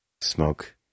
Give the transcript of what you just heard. smoke